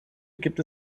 gibt